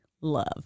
love